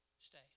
stay